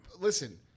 Listen